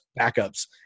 backups